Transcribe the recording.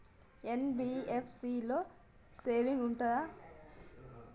NBFC లో savings ఉంటయా?